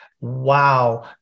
wow